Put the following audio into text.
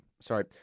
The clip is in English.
Sorry